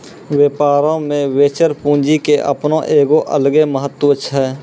व्यापारो मे वेंचर पूंजी के अपनो एगो अलगे महत्त्व छै